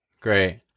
Great